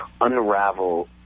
unravel